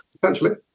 Potentially